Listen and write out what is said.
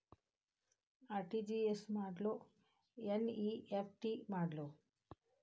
RTGS ಮಾಡ್ಲೊ NEFT ಮಾಡ್ಲೊ?